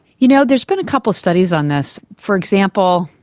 you know, there's been a couple of studies on this. for example,